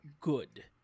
good